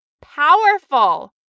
powerful